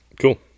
Cool